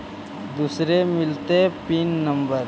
दुसरे मिलतै pin number?